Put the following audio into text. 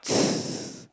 s~